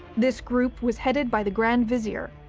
this group was headed by the grand vizier,